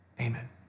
Amen